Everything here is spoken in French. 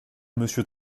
monsieur